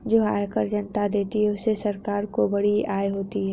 जो आयकर जनता देती है उससे सरकार को बड़ी आय होती है